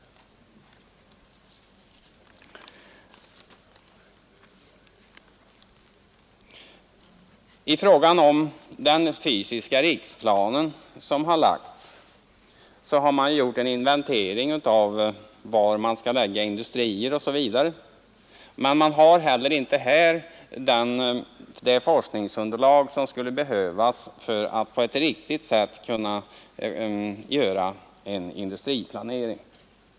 I fråga om den fysiska riksplan som har framlagts har man gjort en inventering av var man skall lägga industrier osv. Men man har inte heller det forskningsunderlag som man skulle behöva för att på ett riktigt sätt kunna göra en industriplanering.